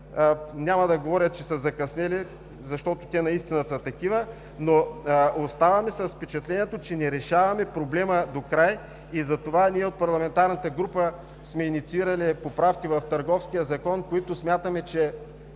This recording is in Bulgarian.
няма да говоря, че са закъснели, защото те наистина са такива. Оставаме с впечатлението, че не решаваме проблема докрай и затова от парламентарната група сме инициирали поправки в Търговския закон, които смятаме, че